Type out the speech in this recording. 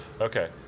Okay